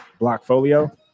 Blockfolio